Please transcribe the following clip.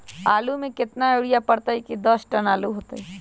आलु म केतना यूरिया परतई की दस टन आलु होतई?